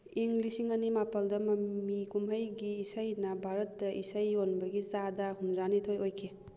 ꯏꯪ ꯂꯤꯁꯤꯡ ꯑꯅꯤ ꯃꯥꯄꯜꯗ ꯃꯃꯤ ꯀꯨꯝꯍꯩꯒꯤ ꯏꯁꯩꯅ ꯚꯥꯔꯠꯇ ꯏꯁꯩ ꯌꯣꯟꯕꯒꯤ ꯆꯥꯗ ꯍꯨꯝꯗ꯭ꯔꯥꯅꯤꯊꯣꯏ ꯑꯣꯏꯈꯤ